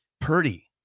Purdy